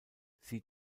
sie